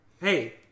hey